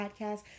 podcast